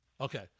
Okay